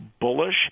bullish